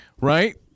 right